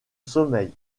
sommeil